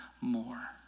more